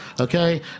okay